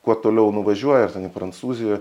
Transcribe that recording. kuo toliau nuvažiuoji ar ten į prancūziją